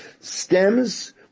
stems